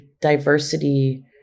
diversity